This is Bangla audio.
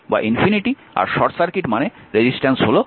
আর শর্ট সার্কিট মান্ রেজিস্ট্যান্স হল 0